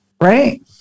right